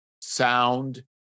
sound